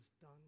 done